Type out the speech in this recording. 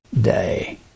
day